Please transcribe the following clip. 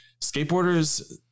Skateboarders